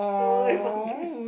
no